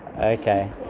okay